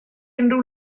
unrhyw